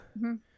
-hmm